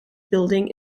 building